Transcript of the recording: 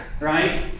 right